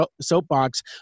soapbox